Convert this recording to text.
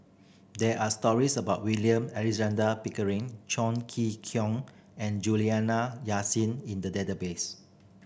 there are stories about William Alexander Pickering Chong Kee and Juliana Yasin in the database